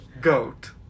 goat